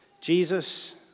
Jesus